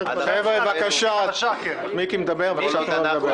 חבר'ה, תנו למיקי לדבר, בבקשה.